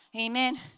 Amen